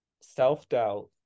self-doubt